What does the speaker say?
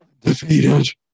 Defeated